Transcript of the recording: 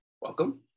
Welcome